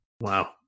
Wow